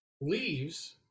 leaves